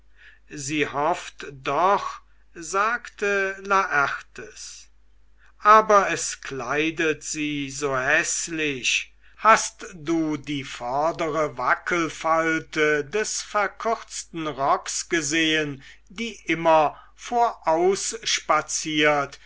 sie hofft doch sagte laertes aber es kleidet sie so häßlich hast du die vordere wackelfalte des verkürzten rocks gesehen die immer vorausspaziert